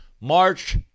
March